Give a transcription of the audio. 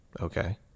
okay